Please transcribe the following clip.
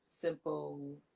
simple